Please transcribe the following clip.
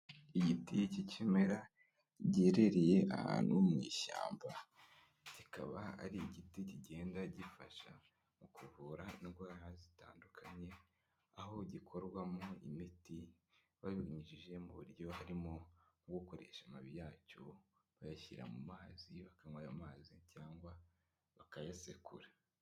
Igiti cy'ikimera giherereye ahantu mu ishyamba. Kikaba ari igiti kigenda gifasha mu kuvura indwara zitandukanye, aho gikorwamo imiti babinyujije mu buryo harimo; ubwo gukoresha amababi yacyo bayashyira mu mazi bakanywa amazi cyangwa bakayasekura.